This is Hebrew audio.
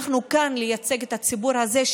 אנחנו כאן לייצג את הציבור הזה,